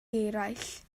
eraill